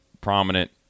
prominent